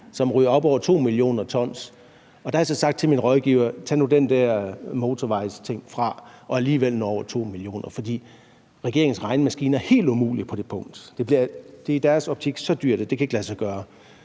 ryger op over 2 mio. t, og jeg har så sagt til min rådgiver: Tag nu den der motorvejsting fra, og nå over 2 mio. t alligevel, for regeringens regnemaskine er helt umulig på det punkt. Det er i deres optik så dyrt, at det ikke kan lade sig gøre.